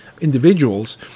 individuals